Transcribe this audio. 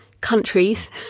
countries